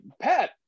Pat